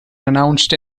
announced